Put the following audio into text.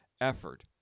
effort